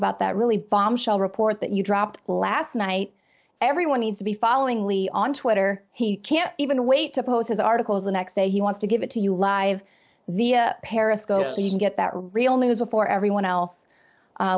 about that really bombshell report that you dropped last night everyone needs to be following lee on twitter he can't even wait to post his articles the next day he wants to give it to you live the periscope so you can get that real news before everyone else